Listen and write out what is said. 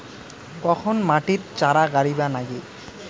কখন মাটিত চারা গাড়িবা নাগে?